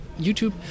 YouTube